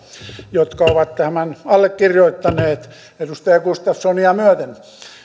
jotka ovat tämän allekirjoittaneet edustaja gustafssonia myöten